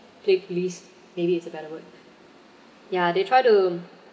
play police maybe it's a better word yeah they try to